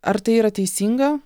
ar tai yra teisinga